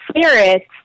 spirits